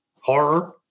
horror